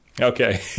Okay